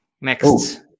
next